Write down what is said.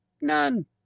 None